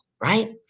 Right